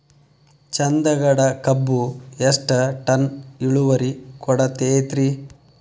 ಚಂದಗಡ ಕಬ್ಬು ಎಷ್ಟ ಟನ್ ಇಳುವರಿ ಕೊಡತೇತ್ರಿ?